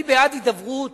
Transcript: אני בעד הידברות